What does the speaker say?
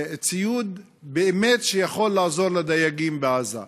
ציוד שבאמת יכול לעזור לדייגים בעזה.